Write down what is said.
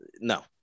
no